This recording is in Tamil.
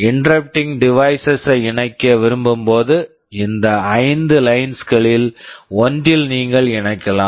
இன்டெர்ரப்டிங் டிவைஸஸ் interrupting device ஐ இணைக்க விரும்பும்போது இந்த ஐந்து லைன்ஸ் lines களில் ஒன்றில் நீங்கள் இணைக்கலாம்